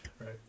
right